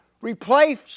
replace